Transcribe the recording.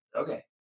Okay